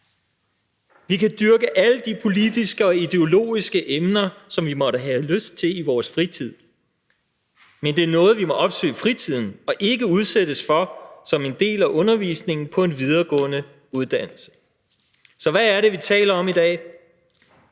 Vi kan dyrke alle de politiske og ideologiske emner, som vi måtte have lyst til, i vores fritid, men det er noget, vi må opsøge i fritiden og ikke udsættes for som en del af undervisningen på en videregående uddannelse. Så hvad er det, vi taler om i dag?